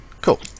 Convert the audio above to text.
cool